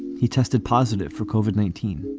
he tested positive for cauvin nineteen.